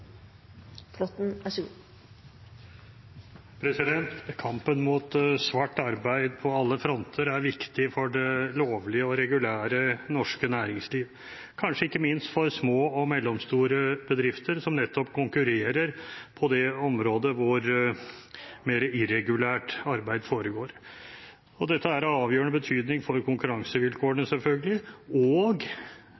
men i så fall må dette gjøres i nært samarbeid med partene i arbeidslivet. Vi vil derfor stemme imot dette forslaget til vedtak i innstillingen. Kampen mot svart arbeid på alle fronter er viktig for det lovlige og regulære norske næringsliv, kanskje ikke minst for små og mellomstore bedrifter, som konkurrerer nettopp på det området hvor mer irregulært arbeid foregår.